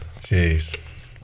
Jeez